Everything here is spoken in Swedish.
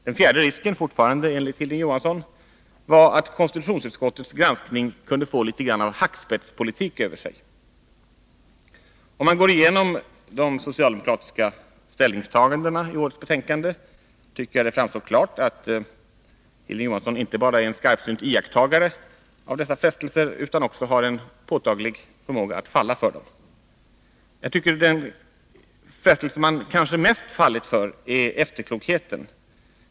Den fjärde risken — fortfarande enligt Hilding Johansson — var att konstitutionsutskottets granskning kunde få litet av hackspettspolitik över sig. Om man går igenom de socialdemokratiska ställningstagandena i årets betänkande, tycker jag att det framstår klart att Hilding Johansson inte bara är en skarpsynt iakttagare av dessa frestelser utan också har en påtaglig förmåga att falla för dem. Den frestelse man kanske mest fallit för är efterklokheten.